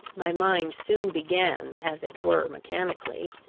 my mind soon began, as it were mechanically,